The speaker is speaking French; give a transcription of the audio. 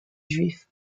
juifs